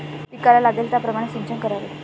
पिकाला लागेल त्याप्रमाणे सिंचन करावे